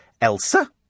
Elsa